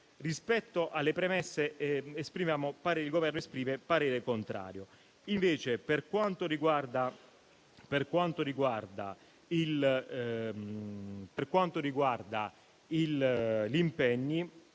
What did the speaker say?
Rispetto alle premesse, il Governo esprime parere contrario. Per quanto riguarda gli impegni,